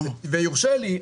ויורשה לי,